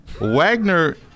Wagner –